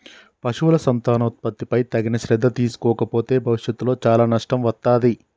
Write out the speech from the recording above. పశువుల సంతానోత్పత్తిపై తగిన శ్రద్ధ తీసుకోకపోతే భవిష్యత్తులో చాలా నష్టం వత్తాది